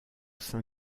sein